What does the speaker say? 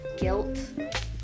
guilt